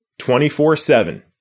24-7